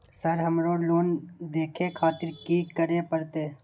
Sir हमरो loan देखें खातिर की करें परतें?